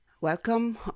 Welcome